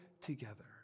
together